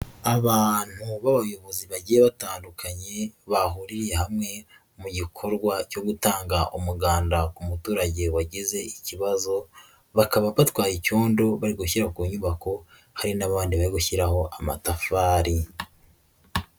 Abantu b'abayobozi bagiye batandukanye bahuriye hamwe mu gikorwa cyo gutanga umuganda ku muturage wagize ikibazo, bakaba batwaye icyondo bari gushyira ku nyubako, hari n'abandi bari gushyiraho amatafari.